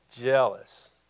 jealous